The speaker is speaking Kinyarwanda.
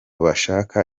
bashaka